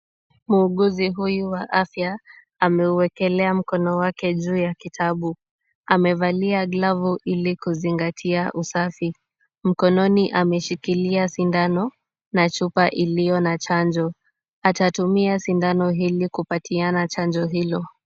Muuguzi huyu wa afya ameuekelea mkono wake juu ya kitabu. Amevalia glavu ili kuzingatia usafi. Mkononi ameshikilia sindano na chupa iliyo na chanjo. Atatumia sindano ili kupatiana chanjo hilo.